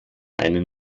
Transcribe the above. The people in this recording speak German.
einen